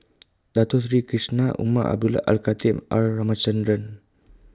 Dato Sri Krishna Umar Abdullah Al Khatib and R Ramachandran